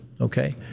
okay